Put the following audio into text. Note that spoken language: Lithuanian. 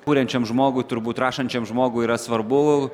kuriančiam žmogui turbūt rašančiam žmogui yra svarbu